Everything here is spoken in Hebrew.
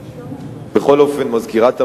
בכל אופן, מזכירת המדינה,